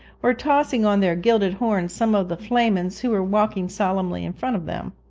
or tossing on their gilded horns some of the flamens who were walking solemnly in front of them.